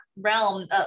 realm